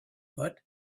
but